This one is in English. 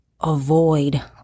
avoid